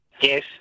Yes